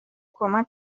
کمک